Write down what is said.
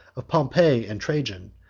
of pompey and trajan,